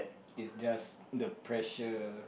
is just the pressure